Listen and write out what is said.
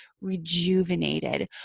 rejuvenated